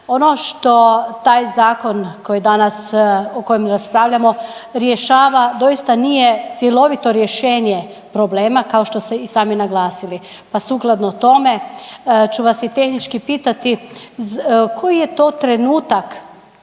Ono što taj zakon koji danas, o kojem raspravljamo rješava doista nije cjelovito rješenje problema kao što ste i sami naglasili, pa sukladno tome ću vas i tehnički pitati koji je to trenutak